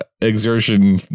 exertion